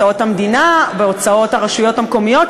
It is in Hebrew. הוצאות הרשויות המקומיות,